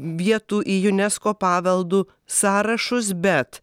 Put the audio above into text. vietų į unesco paveldu sąrašus bet